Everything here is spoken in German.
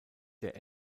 der